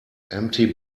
empty